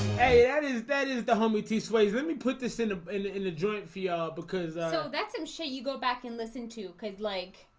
hey that is that is the hum bt sways let me put this in in the joint for y'all because that's a um shit you go back and listen to cuz like